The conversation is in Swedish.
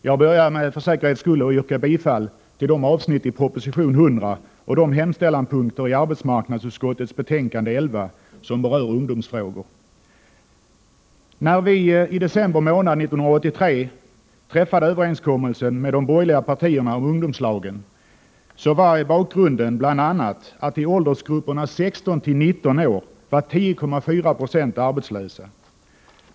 Fru talman! Jag börjar för säkerhets skull med att yrka bifall till de avsnitt i proposition 100 och till de hemställanpunkter i arbetsmarknadsutskottets betänkande 11 som berör ungdomsfrågor. När vi i december månad 1983 träffade överenskommelse med de borgerliga partierna om ungdomslagen var bakgrunden bl.a. den att det fanns 10,4 20 arbetslösa ungdomar i åldern 16-19 år.